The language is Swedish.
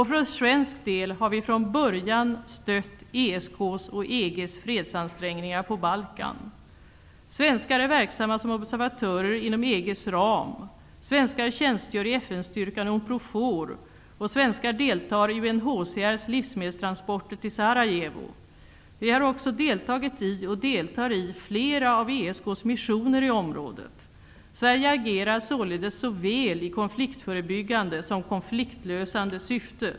För svensk del har vi från början stött ESK:s och EG:s fredsansträngningar på Svenskar är verksamma som observatörer inom Unprofor och svenskar deltar i UNHCR:s livsmedelstransporter till Sarajevo. Vi har också deltagit i, och deltar i, flera av ESK:s missioner i området. Sverige agerar således såväl i konfliktförebyggande som konfliktlösande syfte.